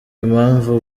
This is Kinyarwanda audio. impamvu